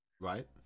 Right